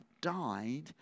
died